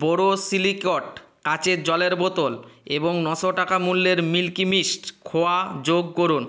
borosilicate কাঁচের জলের বোতল এবং নশো টাকা মূল্যের মিল্কি মিস্ট খোয়া যোগ করুন